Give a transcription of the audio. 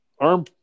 arm